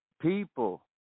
people